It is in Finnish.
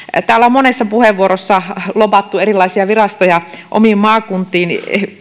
täällä on monessa puheenvuorossa lobattu erilaisia virastoja omiin maakuntiin